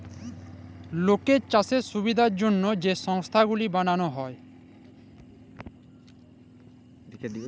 লকের চাষের সুবিধার জ্যনহে যে সংস্থা গুলা বালাল হ্যয়